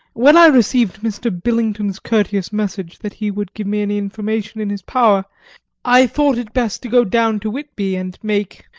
when i received mr. billington's courteous message that he would give me any information in his power i thought it best to go down to whitby and make,